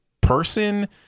person